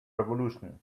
revolution